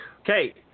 Okay